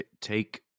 Take